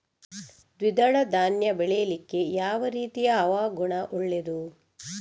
ದ್ವಿದಳ ಧಾನ್ಯ ಬೆಳೀಲಿಕ್ಕೆ ಯಾವ ರೀತಿಯ ಹವಾಗುಣ ಒಳ್ಳೆದು?